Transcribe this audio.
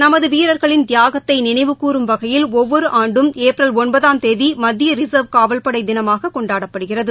நமதுவீரா்களின் தியாகத்தைநினைவுகூறும் வகையில் ஒவ்வொருஆண்டும் ஏப்ரல் ஒன்பதாம் தேதிமத்தியரிசா்வ் காவல்படைதினமாகக் கொண்டாடப்படுகிறது